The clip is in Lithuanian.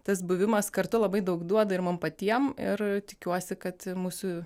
tas buvimas kartu labai daug duoda ir mum patiem ir tikiuosi kad mūsų